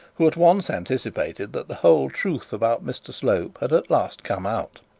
who at once anticipated that the whole truth about mr slope had at last come out.